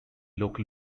local